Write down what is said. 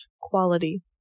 quality